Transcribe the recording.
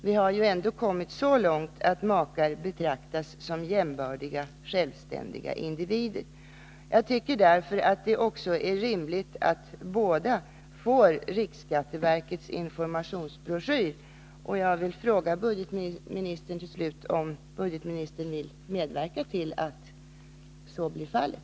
Vi har ju ändå kommit så långt att makar betraktas som jämbördiga, självständiga individer. Jag tycker därför att det också är rimligt att båda makarna får riksskatteverkets informationsbroschyr, och jag vill till slut fråga om budgetministern vill medverka till att så blir fallet.